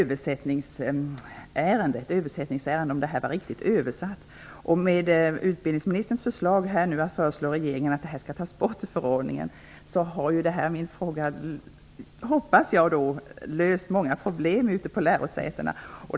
Herr talman! Min fråga gällde faktiskt om benämningarna var riktigt översatta. Med utbildningsministerns avsikt att föreslå regeringen att de engelska benämningarna skall tas bort ur förordningen har min fråga, hoppas jag, löst många problem ute på lärosätena.